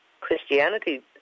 Christianity